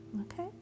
Okay